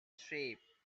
shape